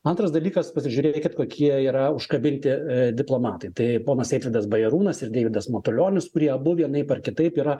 antras dalykas pasižiūrėkit kokie yra užkabinti diplomatai tai ponas eitvydas bajarūnas ir deividas matulionis kurie abu vienaip ar kitaip yra